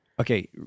okay